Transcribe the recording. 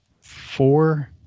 Four